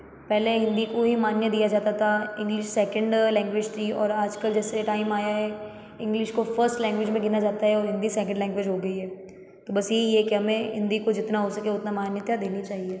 पहले हिंदी को ही मान्य दिया जाता था इंग्लिश सेकेंड लैंग्वेज थी और आजकल जैसे टाइम आया है इंग्लिश को फ़र्स्ट लैंग्वेज में गिना जाता है और हिंदी सेकेंड लैंग्वेज हो गई है तो बस यही है कि हमें हिंदी को जितना हो सके उतना मान्यता देनी चाहिए